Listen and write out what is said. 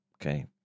Okay